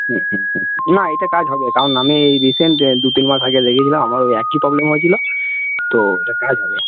হুম হু হু না এটা কাজ হবে কারণ আমি এই রিসেন্ট দু তিন মাস আগে দেখিয়েছিলাম আমার ওই একই প্রবলেম হয়েছিলো তো এটা কাজ হবে